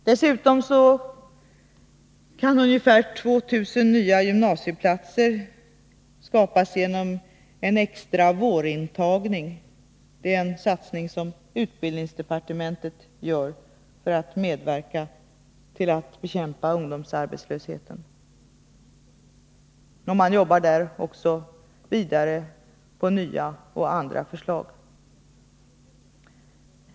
Dessutom kan ungefär 2 000 nya gymnasieplatser skapas genom en extra vårintagning. Det är en satsning som utbildningsdepartementet gör för att medverka till att bekämpa ungdomsarbetslösheten. Man jobbar också vidare med nya och andra förslag.